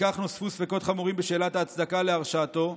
לכך נוספו ספקות חמורים בשאלת ההצדקה להרשעתו,